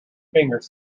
fingers